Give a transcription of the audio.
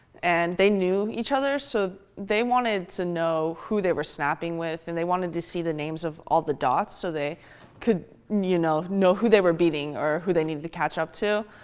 and they knew each other, so they wanted to know who they were snapping with. and they wanted to see the names of all the dots, so they could you know know who they were beating or who they needed to catch up to.